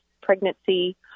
pregnancy